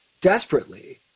desperately